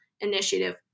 initiative